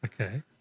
Okay